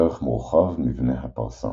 ערך מורחב – מבני הפרסה